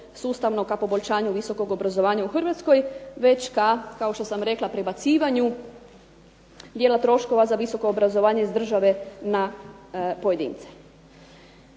sustavno ka poboljšanju visokog obrazovanja u Hrvatskoj već ka kao što sam rekla prebacivanju dijela troškova za visoko obrazovanje s države na pojedince.